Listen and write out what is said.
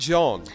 John